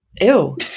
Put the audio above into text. Ew